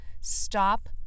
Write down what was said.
stop